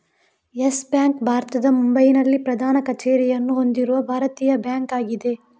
Yes Bank ಭಾರತದ ಮುಂಬೈನಲ್ಲಿ ಪ್ರಧಾನ ಕಚೇರಿಯನ್ನು ಹೊಂದಿರುವ ಭಾರತೀಯ ಬ್ಯಾಂಕ್ ಆಗಿದೆ